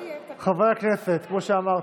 כמו שאמרתי,